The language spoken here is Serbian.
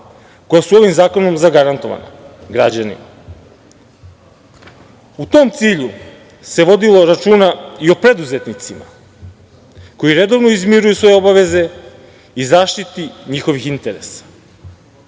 koja su ovim zakonom zagarantovana građanima. U tom cilju se vodilo računa i o preduzetnicima koji redovno izmiruju svoje obaveze i zaštiti njihovih interesa,